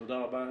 תודה רבה.